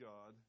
God